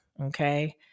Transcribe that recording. okay